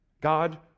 God